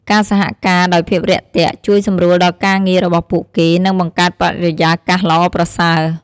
ការសហការដោយភាពរាក់ទាក់ ជួយសម្រួលដល់ការងាររបស់ពួកគេ និងបង្កើតបរិយាកាសល្អប្រសើរ។